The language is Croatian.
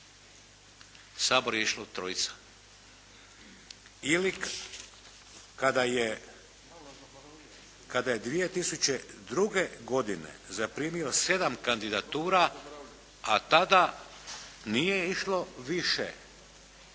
Sabor je išlo trojice. Ili kada je 2002. godine zaprimio 7 kandidatura, a tada nije išlo više,